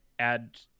add